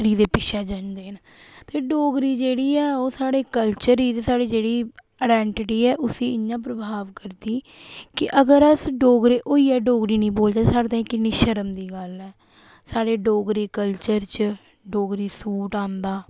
डोगरी दे पिच्छै जन्दे न ते डोगरी जेह्ड़ी ऐ ओह् स्हाड़े कल्चर ई ते जेह्ड़ी साढ़ी अडैन्टटी ई ऐ उसी इ'यां प्रभाव करदी के अगर अस डोगरे होइयै डोगरी नेईं बोलचै ते स्हाड़ै ताहीं किन्नी शर्म दी गल्ल ऐ स्हाड़े डोगरी कल्चर च डोगरी सूट आंदा